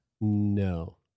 No